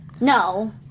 no